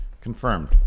confirmed